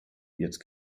jetzt